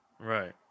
Right